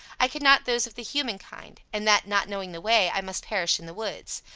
i could not those of the human kind and that, not knowing the way, i must perish in the woods.